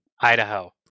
Idaho